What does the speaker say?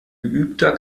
geübter